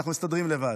אנחנו מסתדרים לבד.